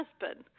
husband